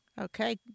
Okay